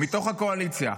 מתוך הקואליציה,